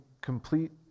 complete